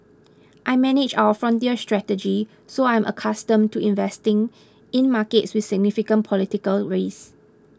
I manage our frontier strategy so I'm accustomed to investing in markets with significant political risk